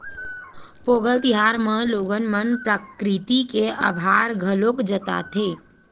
पोंगल तिहार म लोगन मन प्रकरिति के अभार घलोक जताथे